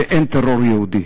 שאין טרור יהודי,